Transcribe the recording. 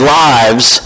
lives